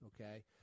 okay